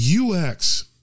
UX